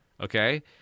okay